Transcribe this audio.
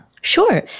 Sure